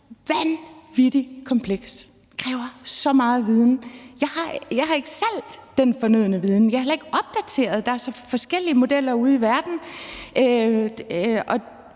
vanvittig kompleks og kræver så meget viden. Jeg har ikke selv den fornødne viden, og jeg er heller ikke opdateret. Der er forskellige modeller ude i verden,